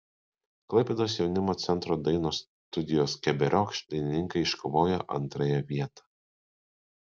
klaipėdos jaunimo centro dainos studijos keberiokšt dainininkai iškovojo antrąją vietą